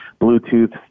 Bluetooth